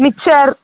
mixture